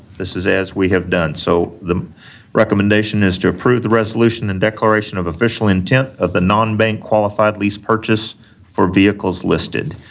this is as we have done, so, the recommendation is to approve the resolution and declaration of official intent of the nonbank-qualified lease purchase for vehicles listed.